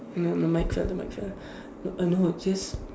m~ my mic the mic fell n~ no just